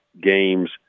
games